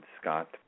Scott